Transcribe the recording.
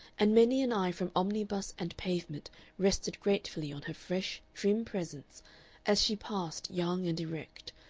and many an eye from omnibus and pavement rested gratefully on her fresh, trim presence as she passed young and erect,